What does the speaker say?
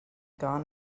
gone